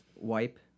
wipe